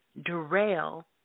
derail